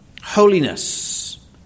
Holiness